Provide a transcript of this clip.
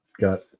got